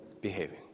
behaving